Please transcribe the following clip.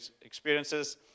experiences